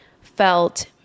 felt